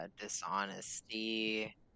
Dishonesty